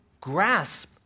grasp